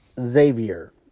Xavier